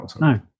No